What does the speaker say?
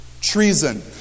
treason